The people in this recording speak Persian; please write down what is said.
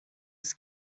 است